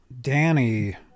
Danny